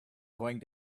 going